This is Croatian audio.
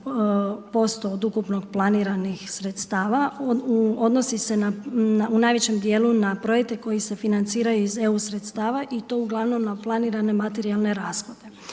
88 % od ukupno planiranih sredstava odnosi se na u najvećem dijelu na projekte koji se financiraju iz EU sredstava i to uglavnom na planirane materijalne rashode.